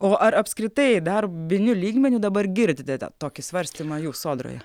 o ar apskritai darbiniu lygmeniu dabar girdite tokį svarstymą jūs sodroje